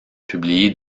publiée